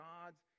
God's